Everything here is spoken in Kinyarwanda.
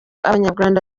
abanyarwanda